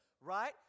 right